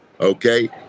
Okay